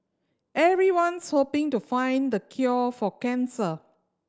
everyone's hoping to find the cure for cancer